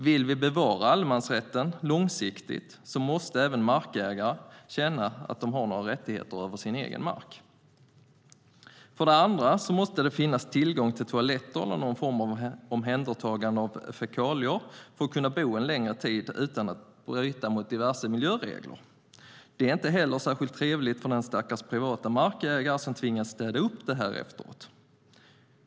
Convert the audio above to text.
Vill vi bevara allemansrätten långsiktigt måste markägare känna att de har några rättigheter i fråga om sin egen mark. För det andra måste det finnas tillgång till toalett och någon form av omhändertagande av fekalier för att man ska kunna bo på en plats en längre tid utan att bryta mot diverse miljöregler. Det är inte heller särskilt trevligt för den stackars privata markägare som tvingas städa upp det här efteråt.